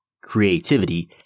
creativity